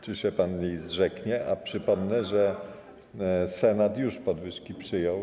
czy się pan jej zrzeknie, a przypomnę, że Senat już podwyżki przyjął.